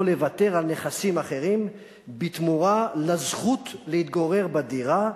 או לוותר על נכסים אחרים בתמורה לזכות להתגורר בדירה,